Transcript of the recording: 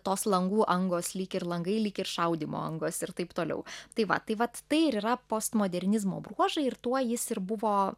tos langų angos lyg ir langai lyg ir šaudymo angos ir taip toliau tai va tai vat tai ir yra postmodernizmo bruožai ir tuo jis ir buvo